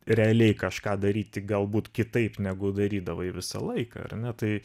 realiai kažką daryti galbūt kitaip negu darydavai visą laiką ar ne tai